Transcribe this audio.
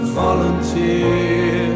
volunteer